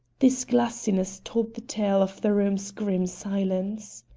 this glassiness told the tale of the room's grim silence.